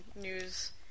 news